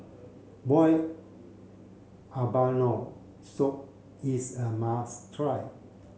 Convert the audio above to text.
boiled abalone soup is a must try